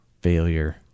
failure